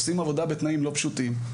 עושים עבודה בתנאים לא פשוטים.